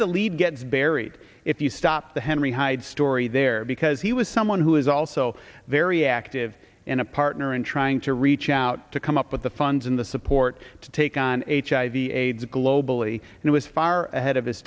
of the lead gets buried if you stop the henry hyde story there because he was someone who is also very active in a partner in trying to reach out to come up with the funds and the support to take on hiv aids globally and it was far ahead of his